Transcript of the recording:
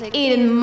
eating